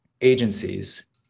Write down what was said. agencies